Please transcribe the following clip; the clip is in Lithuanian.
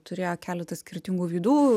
turėjo keletą skirtingų veidų